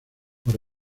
por